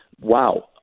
wow